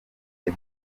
the